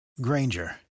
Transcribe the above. Granger